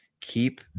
keep